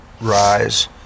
rise